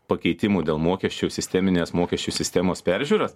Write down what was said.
pakeitimų dėl mokesčių sisteminės mokesčių sistemos peržiūros